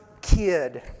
kid